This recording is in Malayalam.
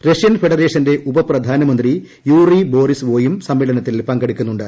റഷ്യൻ ഫെഡറേഷന്റെ ഉപപ്രധാനമന്ത്രി യൂറി ബോറിസ്വോയും സമ്മേളനത്തിൽ പങ്കെടുക്കുന്നുണ്ട്